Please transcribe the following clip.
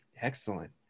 Excellent